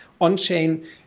on-chain